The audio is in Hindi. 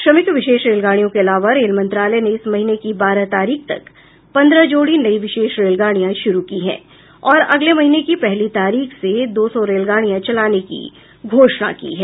श्रमिक विशेष रेलगाडियों के अलावा रेल मंत्रालय ने इस महीने की बारह तारीख तक पंद्रह जोडी नई विशेष रेलगाडियां शुरू की हैं और अगले महीने की पहली तारीख से दो सौ रेलगाडियां चलाने की घोषणा की है